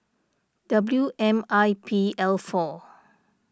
W M I P L four